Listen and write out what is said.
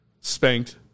spanked